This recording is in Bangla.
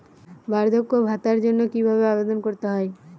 বার্ধক্য ভাতার জন্য কিভাবে আবেদন করতে হয়?